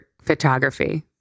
photography